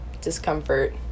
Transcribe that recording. discomfort